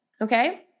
Okay